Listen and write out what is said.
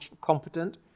competent